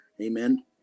Amen